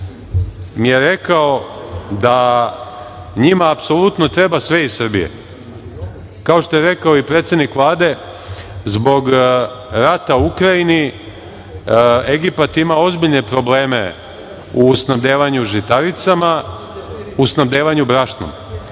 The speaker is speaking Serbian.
mi je rekao da njima apsolutno treba sve iz Srbije. Kao što je rekao i predsednik Vlade, zbog rata u Ukrajini, Egipat ima ozbiljne probleme u snabdevanju žitaricama, u snabdevanju brašnom.